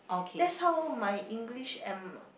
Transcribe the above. that's how my English and